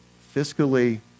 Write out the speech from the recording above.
fiscally